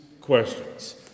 questions